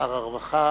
שר הרווחה